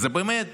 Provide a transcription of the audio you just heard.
זה באמת